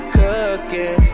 cooking